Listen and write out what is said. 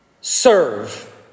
serve